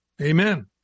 Amen